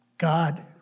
God